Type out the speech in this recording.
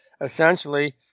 essentially